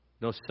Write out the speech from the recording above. No